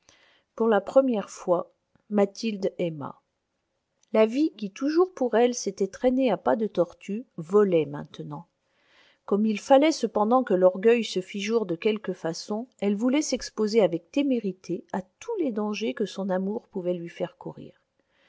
pour la première fois mathilde aima la vie qui toujours pour elle s'était traînée à pas de tortue volait maintenant comme il fallait cependant que l'orgueil se fît jour de quelque façon elle voulait s'exposer avec témérité à tous les dangers que son amour pouvait lui faire courir